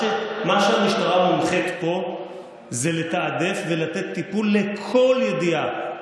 המשטרה מונחית פה לתעדף ולתת טיפול לכל ידיעה,